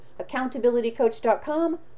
accountabilitycoach.com